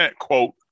quote